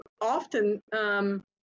often